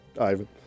Ivan